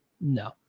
No